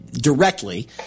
directly